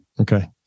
okay